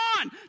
on